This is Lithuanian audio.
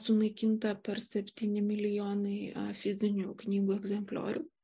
sunaikinta per septyni milijonai fizinių knygų egzempliorių